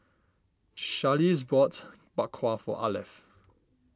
Charlize bought Bak Kwa for Arleth